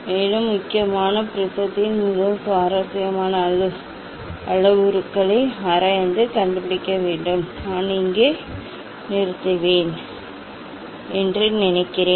மேலும் முக்கியமாக ப்ரிஸத்தின் மிகவும் சுவாரஸ்யமான அளவுருக்களை ஆராய்ந்து கண்டுபிடிக்க வேண்டும் நான் இங்கே நிறுத்துவேன் என்று நினைக்கிறேன்